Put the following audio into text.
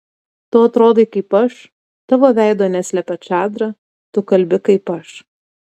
tu atrodai kaip aš tavo veido neslepia čadra tu kalbi kaip aš